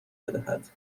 بدهد